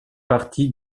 partie